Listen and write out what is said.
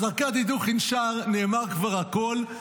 אז ארקדי דוכין שר "נאמר כבר הכול",